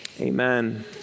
Amen